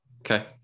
Okay